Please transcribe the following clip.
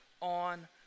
on